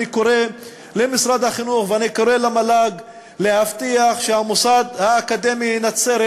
אני קורא למשרד החינוך ואני קורא למל"ג להבטיח שהמוסד האקדמי נצרת